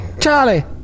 Charlie